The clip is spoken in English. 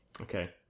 Okay